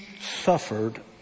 suffered